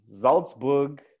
Salzburg